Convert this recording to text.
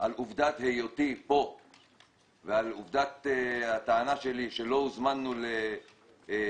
על עובדת היותי פה ועל עובדת הטענה שלי שלא הוזמנו להישמע,